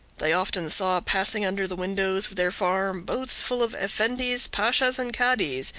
they often saw passing under the windows of their farm boats full of effendis, pashas, and cadis,